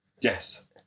Yes